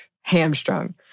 hamstrung